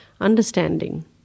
Understanding